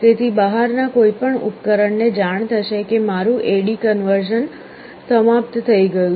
તેથી બહારના કોઈપણ ઉપકરણને જાણ થશે કે મારું AD કન્વર્ઝન સમાપ્ત થઈ ગયું છે